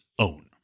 own